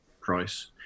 price